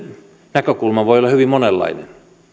näkökulma voi olla hyvin monenlainen